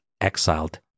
exiled